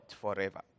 forever